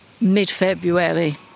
mid-February